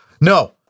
No